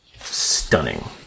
Stunning